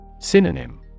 Synonym